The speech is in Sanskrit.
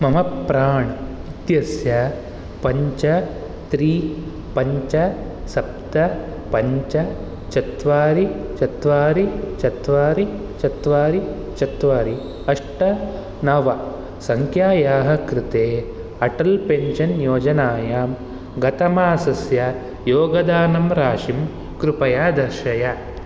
मम प्राण् इत्यस्य पञ्च त्रीणि पञ्च सप्त पञ्च चत्वारि चत्वारि चत्वारि चत्वारि चत्वारि अष्ट नव सङ्ख्यायाः कृते अटल् पेन्शन् योजनायां गतमासस्य योगदानं राशिं कृपया दर्शय